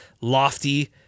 lofty